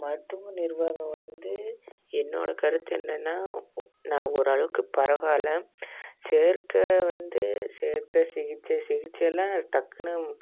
மருத்துவ நிர்வாகம் வந்து என்னோடய கருத்து என்னன்னால் நான் ஓரளவுக்கு பரவாயில்ல சேர்க்க வந்து சேர்க்க சிகிச்சை சிகிச்சையெல்லாம் டக்குன்னு